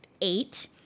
eight